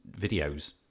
videos